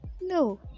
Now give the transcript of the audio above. no